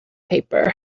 paper